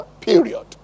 period